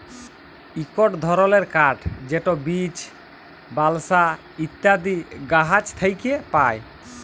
ইকট ধরলের কাঠ যেট বীচ, বালসা ইত্যাদি গাহাচ থ্যাকে পায়